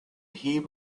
heap